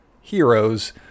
Heroes